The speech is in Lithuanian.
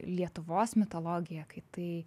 lietuvos mitologija kai tai